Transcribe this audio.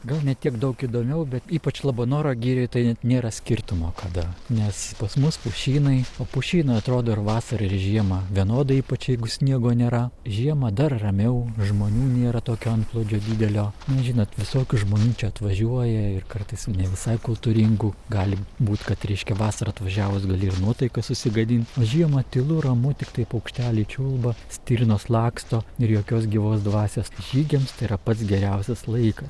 gal ne tiek daug įdomiau bet ypač labanoro girioj tai net nėra skirtumo kada nes pas mus pušynai o pušynai atrodo ir vasarą ir žiemą vienodai ypač jeigu sniego nėra žiemą dar ramiau žmonių nėra tokio antplūdžio didelio na žinot visokių žmonių čia atvažiuoja ir kartais ne visai kultūringų gali būt kad reiškia vasarą atvažiavus gali ir nuotaiką susigadint o žiemą tylu ramu tiktai paukšteliai čiulba stirnos laksto ir jokios gyvos dvasios tai žygiams tai yra pats geriausias laikas